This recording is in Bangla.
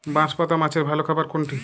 বাঁশপাতা মাছের ভালো খাবার কোনটি?